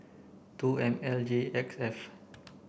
two M L G X F